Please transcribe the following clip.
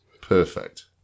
perfect